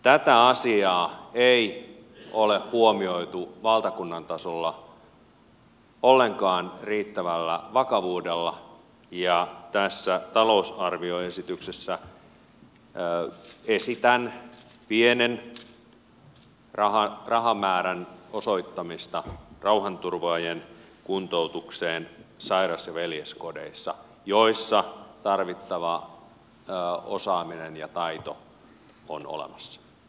tätä asiaa ei ole huomioitu valtakunnan tasolla ollenkaan riittävällä vakavuudella ja tässä talousarvioesityksessä esitän pienen rahamäärän osoittamista rauhanturvaajien kuntoutukseen sairas ja veljeskodeissa joissa tarvittava osaaminen ja taito on olemassa